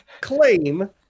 claim